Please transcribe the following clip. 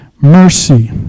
mercy